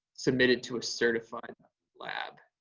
submitted to a certified lab.